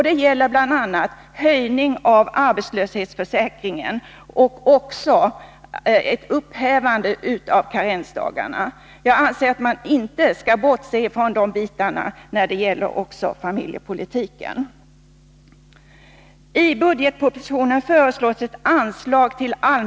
Det gäller bl.a. höjning av arbetslöshetsersättningen och ett upphävande av karensdagarna. Jag anser att man inte skall bortse från detta när det gäller familjepolitiken.